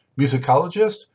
musicologist